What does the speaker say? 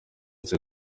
izo